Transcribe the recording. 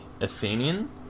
Athenian